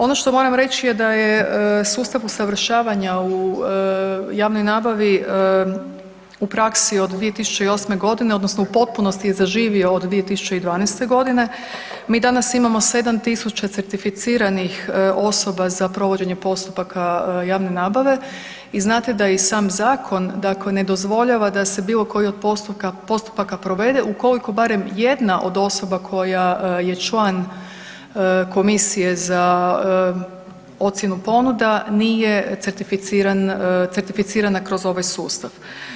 Ono što moram reći je da je sustav usavršavanja u javnoj nabavi u praksi od 2008.g. odnosno u potpunosti je zaživio od 2012.g. MI danas imamo 7.000 certificiranih osoba za provođenje postupaka javne nabave i znate da i sam zakon ne dozvoljava da se bilo koji od postupka provede ukoliko barem jedna od osoba koja je član komisije za ocjenu ponuda nije certificirana kroz ovaj sustav.